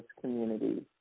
communities